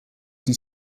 die